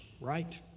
right